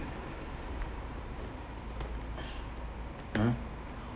mm